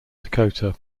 dakota